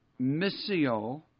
missio